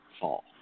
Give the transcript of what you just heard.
fall